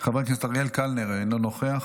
חבר הכנסת אריאל קלנר, אינו נוכח,